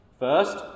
First